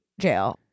Jail